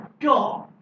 God